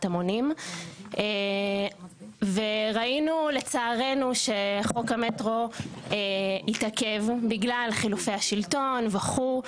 המונים וראינו לצערנו שחוק המטרו התעכב בגלל חילופי השלטון וכו'.